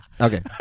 Okay